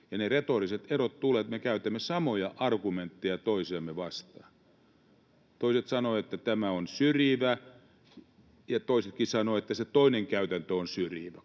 retoriset erot tulevat siitä, että me käytämme samoja argumentteja toisiamme vastaan. Yhdet sanovat, että tämä on syrjivä, ja toiset sanovat, että se toinenkin käytäntö on syrjivä.